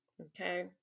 okay